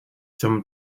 zum